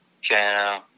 Channel